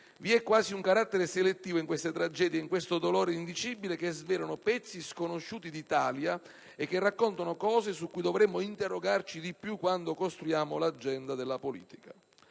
Vi è quasi un carattere selettivo in queste tragedie ed in questo dolore indicibile che svelano pezzi sconosciuti d'Italia e che raccontano cose su cui dovremmo interrogarci di più quando costruiamo l'agenda della politica.